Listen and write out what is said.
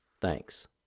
Thanks